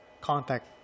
contact